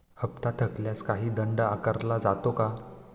हप्ता थकल्यास काही दंड आकारला जातो का?